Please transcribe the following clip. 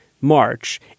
march